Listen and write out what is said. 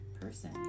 person